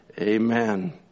Amen